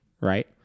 Right